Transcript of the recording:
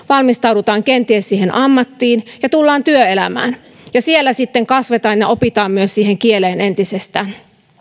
valmistaudutaan kenties siihen ammattiin ja tullaan työelämään ja siellä sitten kasvetaan ja opitaan myös siihen kieleen entisestään